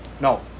No